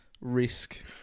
risk